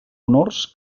honors